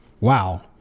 wow